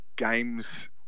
games